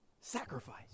sacrifice